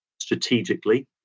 strategically